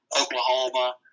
Oklahoma